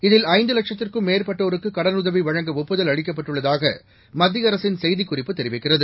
இதில் ஐந்து லட்சத்திற்கும் மேற்பட்டோருக்கு கடலுதவி வழங்க ஒப்புதல் அளிக்கப்பட்டுள்ளதாக மத்திய அரசின் செய்திக்குறிப்பு தெரிவிக்கிறது